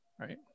Right